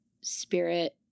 spirit